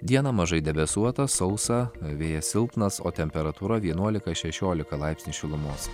dieną mažai debesuota sausa vėjas silpnas o temperatūra vienuolika šešiolika laipsnių šilumos